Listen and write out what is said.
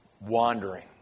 wandering